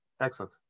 Excellent